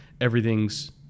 Everything's